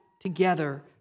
together